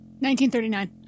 1939